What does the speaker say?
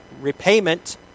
repayment